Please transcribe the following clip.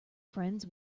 friends